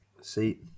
see